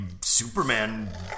Superman